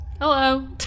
Hello